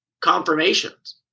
confirmations